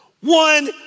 one